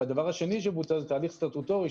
והדבר השני שבוצע זה תהליך סטטוטורי,